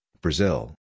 Brazil